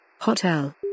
Hotel